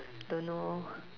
don't know